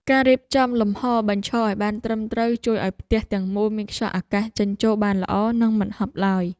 ការរៀបចំលំហរបញ្ឈរឱ្យបានត្រឹមត្រូវជួយឱ្យផ្ទះទាំងមូលមានខ្យល់អាកាសចេញចូលបានល្អនិងមិនហប់ឡើយ។